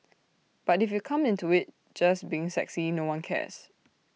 but if you come into IT just being sexy no one cares